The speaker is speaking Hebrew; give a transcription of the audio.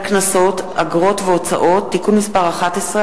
לביטול פרק חמישי וסעיף 111,